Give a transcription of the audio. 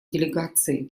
делегации